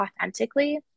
authentically